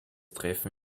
treffen